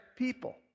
People